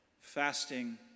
fasting